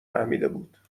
فهمیدهبود